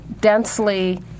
densely